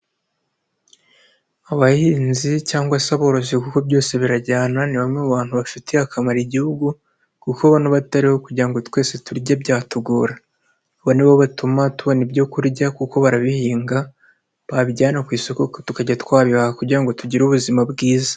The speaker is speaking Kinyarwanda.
Abahinzi cyangwa se aborozi kuko byose birajyana ni bamwe mu bantu bafitiye akamaro Igihugu kuko bona batariho kugira ngo twese turye byatugora, aba ni bo batuma tubona ibyo kurya kuko barabihinga babijyana ku isoko tukajya twabibaha kugira ngo tugire ubuzima bwiza.